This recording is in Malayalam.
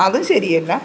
അത് ശരിയല്ല